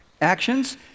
Actions